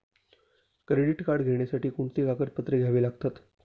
Credit card घेण्यासाठी कोणती कागदपत्रे घ्यावी लागतात?